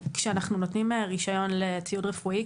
כשאנחנו נותנים רישיון לציוד רפואי,